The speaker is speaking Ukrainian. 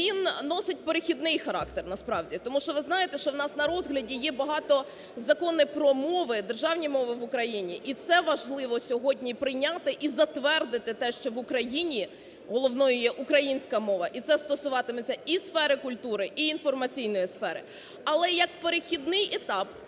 він носить перехідний характер насправді. Тому що ви знаєте, що у нас на розгляді є багато законів про мови, державні мови в Україні. І це важливо сьогодні прийняти і затвердити те, що в Україні головною є українська мова. І це стосуватиметься і сфери культури, і інформаційної сфери. Але, як перехідний етап